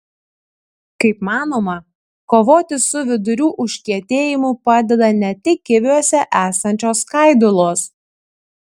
kaip manoma kovoti su vidurių užkietėjimu padeda ne tik kiviuose esančios skaidulos